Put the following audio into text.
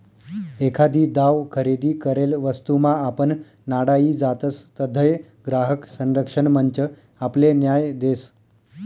एखादी दाव खरेदी करेल वस्तूमा आपण नाडाई जातसं तधय ग्राहक संरक्षण मंच आपले न्याय देस